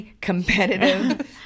competitive